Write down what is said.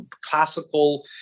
classical